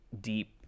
deep